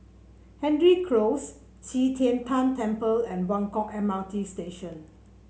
Hendry Close Qi Tian Tan Temple and Buangkok M R T Station